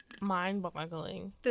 mind-boggling